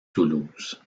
toulouse